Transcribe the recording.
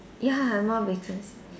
ya more vacancies